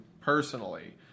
personally